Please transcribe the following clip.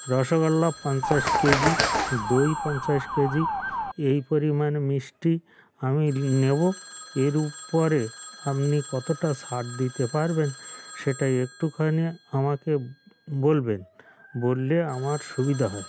রসগোল্লা পঞ্চাশ কেজি দই পঞ্চাশ কেজি এই পরিমাণ মিষ্টি আমি নেব এর উপরে আপনি কতটা ছাড় দিতে পারবেন সেটাই একটুখানি আমাকে বলবেন বললে আমার সুবিধা হয়